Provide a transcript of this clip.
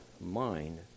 mind